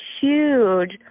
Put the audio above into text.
huge